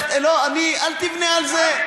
אל תבנה על זה.